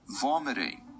vomiting